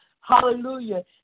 Hallelujah